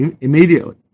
immediately